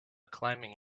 climbing